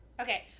Okay